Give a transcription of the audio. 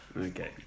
Okay